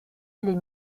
les